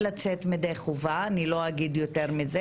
לצאת ידי חובה, אני לא אגיד יותר מזה